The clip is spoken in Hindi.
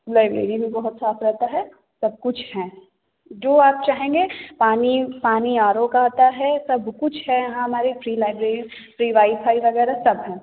लाइब्रेरी भी बहुत साफ रहता है सब कुछ हैं जो आप चाहेंगे पानी पानी आरो का आता है सब कुछ है यहाँ हमारे फ्री लाइब्रेरी फ्री वाईफाई वगैरह सब हैं